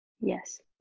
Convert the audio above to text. Yes